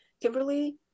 Kimberly